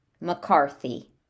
McCarthy